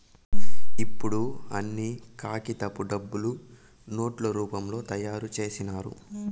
ఇప్పుడు అన్ని కాగితపు డబ్బులు నోట్ల రూపంలో తయారు చేసినారు